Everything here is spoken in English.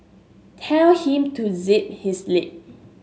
tell him to zip his lip